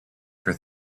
for